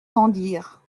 tendirent